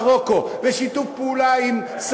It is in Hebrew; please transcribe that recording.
ושיתוף פעולה עם מרוקו,